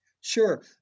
Sure